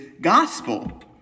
gospel